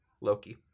Loki